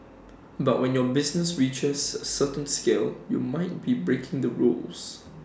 but when your business reaches A certain scale you might be breaking the rules